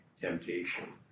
temptation